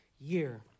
year